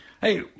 Hey